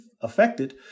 affected